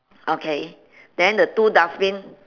okay then the two dustbin